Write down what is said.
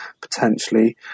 potentially